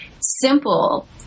simple